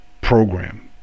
program